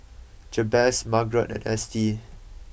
Jabez Margrett and Estie